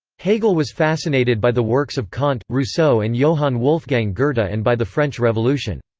hegel was fascinated by the works of kant, rousseau and johann wolfgang goethe but and by the french revolution.